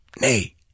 Nay